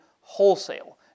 wholesale